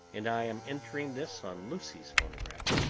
and i am entering this on lucy's phonograph.